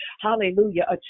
hallelujah